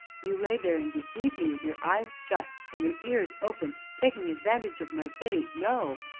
you lay there and deceived me with your eyes shut, and your ears open, taking advantage of my pity no,